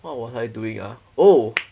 what was I doing ah oh